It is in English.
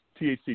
THC